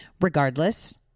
regardless